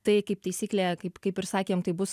tai kaip taisyklė kaip kaip ir sakėm tai bus